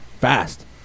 fast